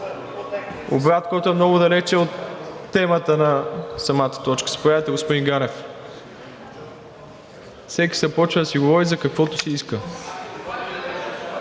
обрат, който е много далеч от темата на самата точка. Заповядайте, господин Ганев. Всеки започва да си говори за каквото си иска.